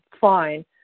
Fine